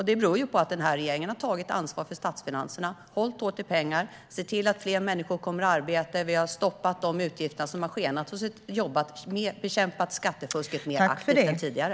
Det beror på att denna regering har tagit ansvar för statsfinanserna, hållit hårt i pengarna, sett till att fler människor kommit i arbete, stoppat de utgifter som har skenat och bekämpat skattefusket mer aktivt än tidigare.